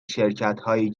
شرکتهایی